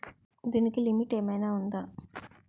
దీనికి లిమిట్ ఆమైనా ఉందా?